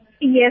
Yes